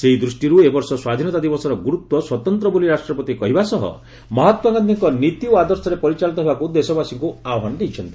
ସେଇ ଦୃଷ୍ଟିରୁ ଏବର୍ଷ ସ୍ୱାଧୀନତା ଦିବସର ଗୁରୁତ୍ୱ ସ୍ୱତନ୍ତ ବୋଲି ରାଷ୍ଟ୍ରପତି କହିବା ସହ ମହାତ୍ମା ଗାନ୍ଧୀଙ୍କ ନୀତି ଓ ଆଦର୍ଶରେ ପରିଚାଳିତ ହେବାକୁ ଦେଶବାସୀଙ୍କୁ ଆହ୍ପାନ ଦେଇଛନ୍ତି